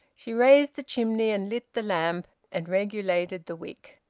she raised the chimney and lit the lamp, and regulated the wick.